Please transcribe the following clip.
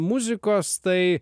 muzikos tai